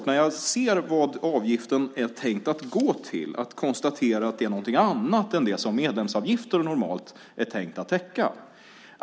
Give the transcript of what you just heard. När jag ser vad avgiften är tänkt att gå till har jag väldigt svårt att konstatera att det är någonting annat än det som medlemsavgifter normalt är tänkt att täcka.